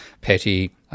Petty